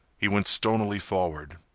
he went stonily forward.